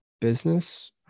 business